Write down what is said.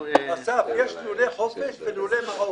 אסף, יש לולי חופש ולולי מעוף.